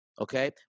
Okay